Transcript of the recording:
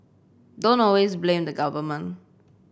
don't always blame the government